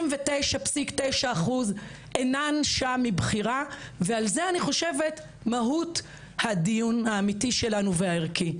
99.9% אינן שם מבחירה ועל זה אני חושבת מהות הדיון האמיתי שלנו והערכי.